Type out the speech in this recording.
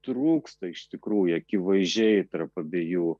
trūksta iš tikrųjų akivaizdžiai tarp abiejų